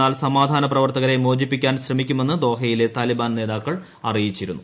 എന്നാൽ സമാധാന പ്രവർത്തകരെ മോചിപ്പിക്കാൻ ശ്രമിക്കുമെന്ന് ദോഹയിലെ താലിബാൻ നേതാക്കൾ അറിയിച്ചിരുന്നു